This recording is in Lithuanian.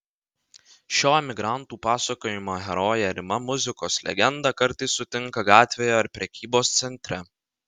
šio emigrantų pasakojimo herojė rima muzikos legendą kartais sutinka gatvėje ar prekybos centre